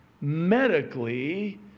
medically